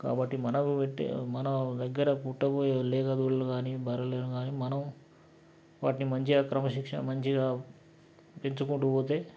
కాబట్టి మనకు పుట్టే మన దగ్గర పుట్టబోయే లేగ దూడలు కాని బర్రెలను కాని వాటిని మంచిగా క్రమశిక్ష మంచిగా పెంచుకుంటూపోతే